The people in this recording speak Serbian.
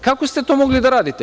Kako ste to mogli da radite?